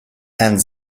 and